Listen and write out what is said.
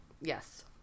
Yes